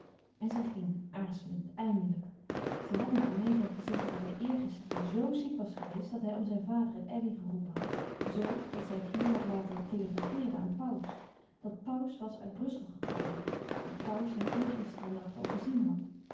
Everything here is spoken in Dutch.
en zij ging aarzelend eindelijk zij had nog gemeend hem te zeggen dat hij eergisteren z ziek was geweest dat hij om zijn vader en elly geroepen had z dat zij hugh had laten telegrafeeren aan pauws dat pauws was uit brussel gekomen dat pauws hem eergisteren nacht al gezien had